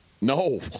No